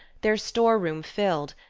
their store-room filled,